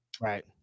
right